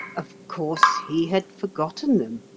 of course, he had forgotten them.